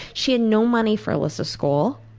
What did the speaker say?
she had no money for alyssa's school.